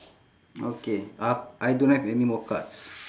okay uh I don't have any more cards